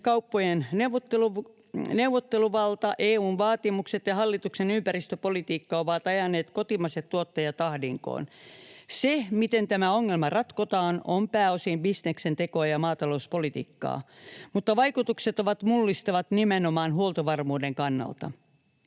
kauppojen neuvotteluvalta, EU:n vaatimukset ja hallituksen ympäristöpolitiikka ovat ajaneet kotimaiset tuottajat ahdinkoon. Se, miten tämä ongelma ratkotaan, on pääosin bisneksen tekoa ja maatalouspolitiikkaa, mutta vaikutukset ovat mullistavat nimenomaan huoltovarmuuden kannalta.